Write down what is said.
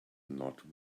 not